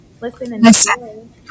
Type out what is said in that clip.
Listen